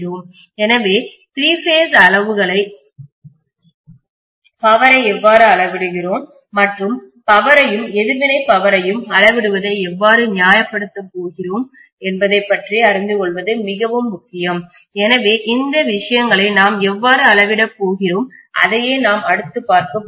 எனவே three phase அளவுகள் பவரை எவ்வாறு அளவிடுகிறோம் மற்றும் பவரையும் எதிர்வினை பவரையையும் அளவிடுவதை எவ்வாறு நியாயப்படுத்தப் போகிறோம் என்பதைப் பற்றி அறிந்து கொள்வது மிகவும் முக்கியம் எனவே இந்த விஷயங்களை நாம் எவ்வாறு அளவிடப் போகிறோம் அதையே நாம் அடுத்து பார்க்கப் போகிறோம்